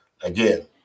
Again